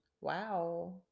Wow